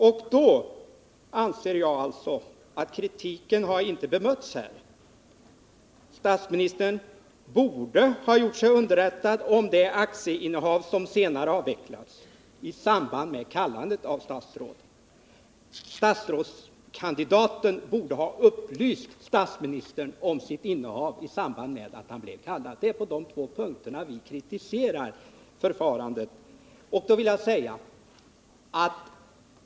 Jag anser alltså att kritiken inte har bemötts. Statsministern borde i samband med kallandet av statsråd ha gjort sig underrättad om det aktieinnehav som senare har avvecklats. Statsrådskandidaten borde ha upplyst statsministern om sitt innehav i samband med att han blev kallad. Det är på dessa två punkter som vi kritiserar förfarandet.